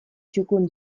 txukun